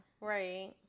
right